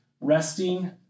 resting